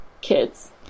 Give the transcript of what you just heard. kids